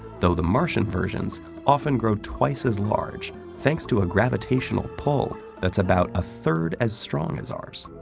though the martian versions often grow twice as large thanks to a gravitational pull that's about a third as strong as ours.